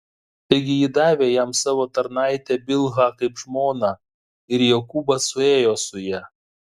taigi ji davė jam savo tarnaitę bilhą kaip žmoną ir jokūbas suėjo su ja